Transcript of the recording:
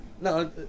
No